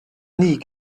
nie